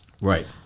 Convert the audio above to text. Right